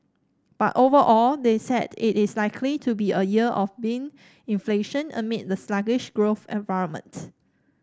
but overall they said it is likely to be a year of benign inflation amid the sluggish growth environment